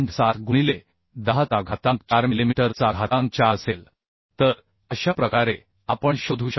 7 गुणिले 10 चा घातांक 4 मिलिमीटर चा घातांक 4 असेल तर अशा प्रकारे आपण ly शोधू शकतो